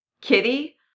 Kitty